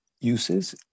uses